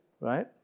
right